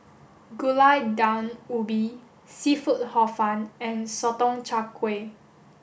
Gulai Daun Ubi Seafood Hor Fun and Sotong Char Kway